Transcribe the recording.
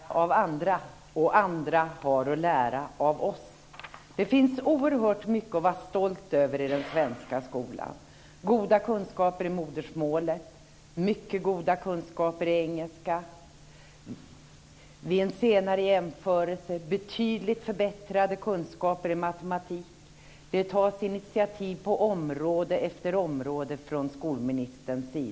Fru talman! Vi har att lära av andra, och andra har att lära av oss. Det finns oerhört mycket att vara stolt över i den svenska skolan, t.ex. goda kunskaper i modersmålet och mycket goda kunskaper i engelska. En senare jämförelse har visat betydligt förbättrade kunskaper i matematik. Skolministern tar initiativ på område efter område.